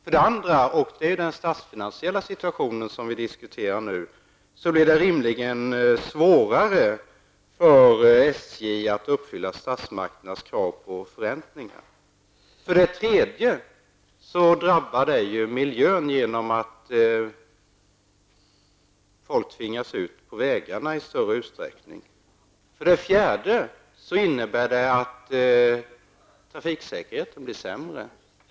För det andra -- och det gäller den statsfinansiella situationen som vi nu diskuterar -- blir det rimligen svårare för SJ att uppfylla statsmakternas krav på förräntningar. För det tredje drabbar det miljön genom att folk tvingas ut på vägarna i större utsträckning. För det fjärde innebär det att trafiksäkerheten blir sämre.